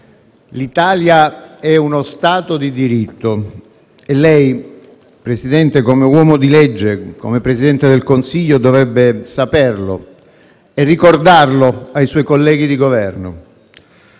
l'Italia è uno Stato di diritto. E lei, presidente Conte, da uomo di legge e come Presidente del Consiglio, dovrebbe saperlo e ricordarlo ai suoi colleghi di Governo.